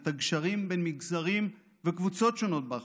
את הגשרים בין מגזרים וקבוצות שונות באוכלוסייה,